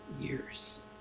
years